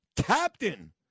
captain